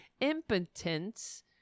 Impotence